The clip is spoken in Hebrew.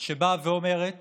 שבאה ואומרת